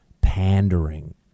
pandering